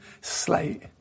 slate